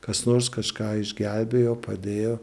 kas nors kažką išgelbėjo padėjo